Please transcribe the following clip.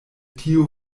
tiu